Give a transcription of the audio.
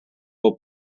will